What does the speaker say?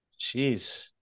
Jeez